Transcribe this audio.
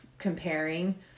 comparing